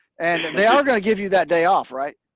and they are gonna give you that day off, right?